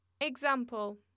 Example